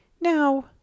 Now